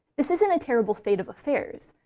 this isn't a terrible state of affairs.